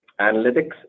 analytics